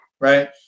right